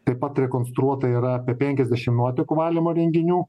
taip pat rekonstruota yra apie penkiasdešim nuotekų valymo įrenginių